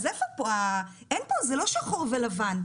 אין פה שחור ולבן.